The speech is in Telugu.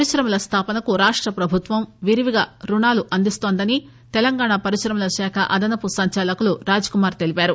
పరిశ్రమల స్దాపనకు రాష్ట ప్రభుత్వం విరివిగా రుణాలు అందిస్తున్న దని తెలంగాణ పరిశ్రమల శాఖ అదనపు సంచాలకులు రాజ్కుమార్ తెలిపారు